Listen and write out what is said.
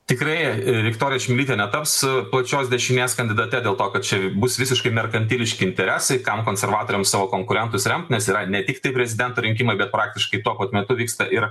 tikrai viktorija šmilytė netaps plačios dešinės kandidate dėl to kad čia bus visiškai merkantiliški interesai kam konservatoriams savo konkurentus remt nes yra ne tiktai prezidento rinkimai bet praktiškai tuo pat metu vyksta ir